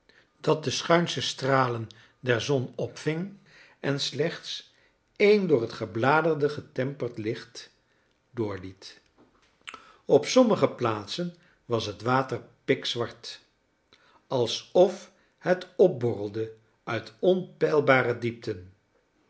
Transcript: dat de schuinsche stralen der zon opving en slechts een door het gebladerte getemperd licht doorliet op sommige plaatsen was het water pikzwart alsof het opborrelde uit onpeilbare diepten